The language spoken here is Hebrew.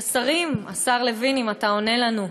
השרים, השר לוין, אם אתה עונה לנו,